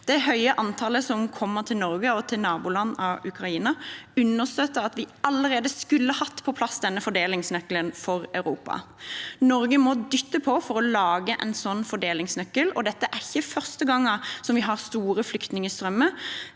Det høye antallet som kommer til Norge og naboland av Ukraina, understøtter at vi allerede skulle hatt på plass denne fordelingsnøkkelen for Europa. Norge må dytte på for å lage en slik fordelingsnøkkel. Dette er ikke første gang vi har store flyktningstrømmer.